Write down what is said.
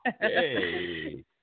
Hey